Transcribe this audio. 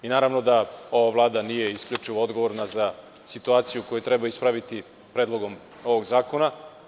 Naravno, ova Vlada nije isključivo odgovorna za situaciju koju treba ispraviti Predlogom ovog zakona.